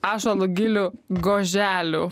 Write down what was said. ąžuolų gilių goželių